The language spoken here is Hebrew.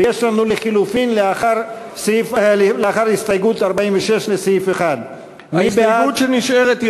ויש לנו לחלופין לאחר הסתייגות 46 לסעיף 1. ההסתייגות שנשארת היא